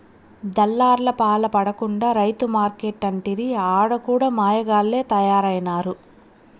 దళార్లపాల పడకుండా రైతు మార్కెట్లంటిరి ఆడ కూడా మాయగాల్లె తయారైనారు